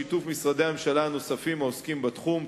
בשיתוף משרדי הממשלה הנוספים העוסקים בתחום,